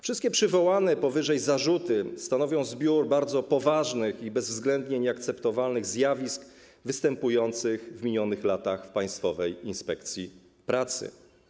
Wszystkie przywołane powyżej zarzuty stanowią zbiór bardzo poważnych i bezwzględnie nieakceptowalnych zjawisk występujących w minionych latach w Państwowej Inspekcji Pracy.